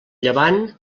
llevant